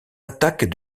attaques